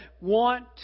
want